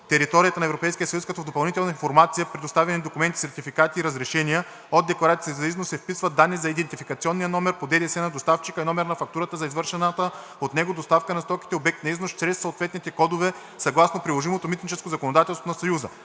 територията на Европейския съюз, като в „Допълнителна информация/представени документи/сертификати и разрешения“ от декларацията за износ се вписват данни за идентификационния номер по ДДС на доставчика и номер на фактурата за извършената от него доставка на стоките, обект на износ, чрез съответните кодове, съгласно приложимото митническо законодателство на Съюза.